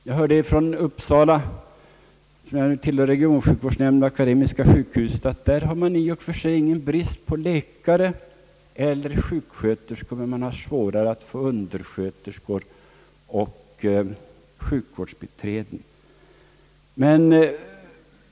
Jag hörde från regionsjukvårdsnämnden i Uppsala att man vid Akademiska sjukhuset i och för sig inte har någon väsentlig brist på läkare eller sjuksköterskor, men man har desto svårare att få undersköterskor och sjukvårdsbiträden.